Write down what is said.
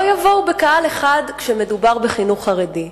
יבואו בקהל אחד כשמדובר בחינוך החרדי.